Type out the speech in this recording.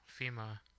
FEMA